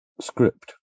script